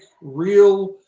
real